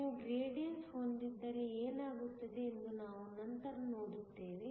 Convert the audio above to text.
ನೀವು ಗ್ರೇಡಿಯನ್ಸ್ ಹೊಂದಿದ್ದರೆ ಏನಾಗುತ್ತದೆ ಎಂದು ನಾವು ನಂತರ ನೋಡುತ್ತೇವೆ